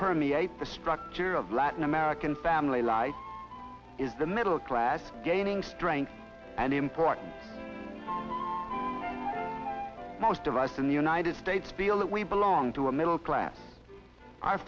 permeate the structure of latin american family life is the middle class gaining strength and import most of us in the united states feel that we belong to a middle class our